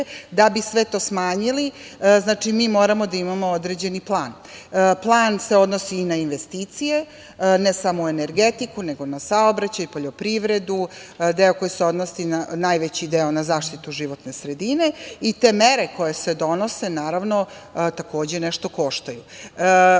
Da bi sve to smanjili, mi moramo da imamo određeni plan. Plan se odnosi i na investicije ne samo u energetiku, nego i na saobraćaj, poljoprivredu, deo koji se odnosi, najveći deo, na zaštitu životne sredine i te mere koje se donese, naravno, takođe nešto koštaju. Kada